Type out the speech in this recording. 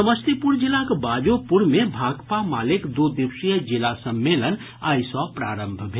समस्तीपुर जिलाक बाजोपुर मे भाकपा मालेक दू दिवसीय जिला सम्मेलन आइ सँ प्रारंभ भेल